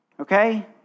Okay